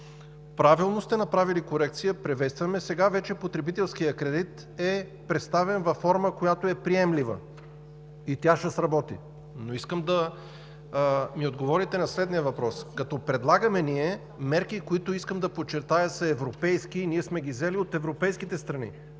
правилно сте направили корекция – приветстваме, сега вече потребителският кредит е представен във форма, която е приемлива и тя ще сработи. Но искам да ми отговорите на следния въпрос. Ние предлагаме мерки, които – искам да подчертая – са европейски, взели сме ги от европейските страни.